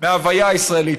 מההוויה הישראלית,